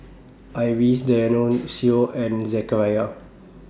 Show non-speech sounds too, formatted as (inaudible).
Iris (unintelligible) and Zechariah